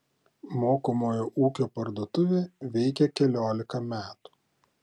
mokomojo ūkio parduotuvė veikia keliolika metų